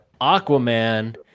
Aquaman